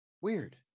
Weird